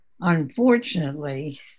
Unfortunately